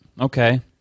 Okay